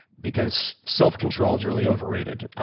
because self control is really overrated.